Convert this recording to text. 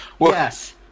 Yes